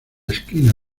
esquina